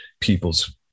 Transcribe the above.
people's